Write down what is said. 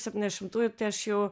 septyniasdešimtųjų tai aš jau